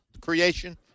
creation